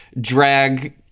drag